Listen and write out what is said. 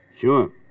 Sure